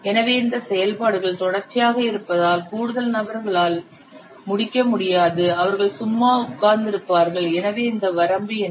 எனவே இந்த செயல்பாடுகள் தொடர்ச்சியாக இருப்பதால் கூடுதல் நபர்களால் முடிக்க முடியாது அவர்கள் சும்மா உட்கார்ந்திருப்பார்கள் எனவே இந்த வரம்பு என்ன